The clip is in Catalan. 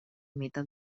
mite